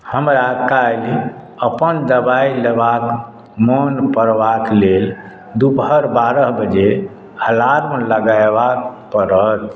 हमरा काल्हि अपन दवाइ लेबाक मोन पड़बाक लेल दुपहर बारह बजे अलार्म लगाबऽ पड़त